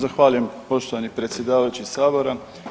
Zahvaljujem poštovani predsjedavajući sabora.